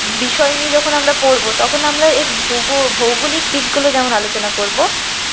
বিষয় নিয়ে যখন আমরা পড়বো তখন আমরা এর ভূগো ভৌগোলিক দিকগুলো যেমন আলোচনা করবো